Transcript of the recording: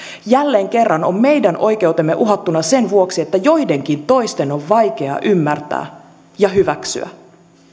jälleen kerran on meidän oikeutemme uhattuna sen vuoksi että joidenkin toisten on vaikea ymmärtää ja hyväksyä